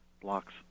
blocks